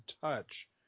touch